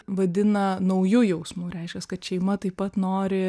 vadina nauju jausmu reiškias kad šeima taip pat nori